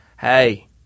Hey